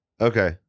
Okay